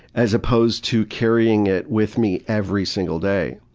as opposed to carrying it with me every single day.